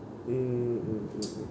mm mm mm mm